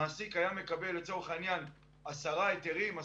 שמעסיק היה מקבל לצורך העניין עשרה היתרים,